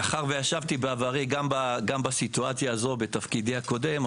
מאחר שישבתי בעברי גם בסיטואציה הזו בתפקידי הקודם,